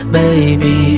baby